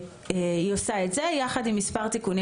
היא עושה את זה יחד עם כמה תיקונים